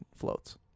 floats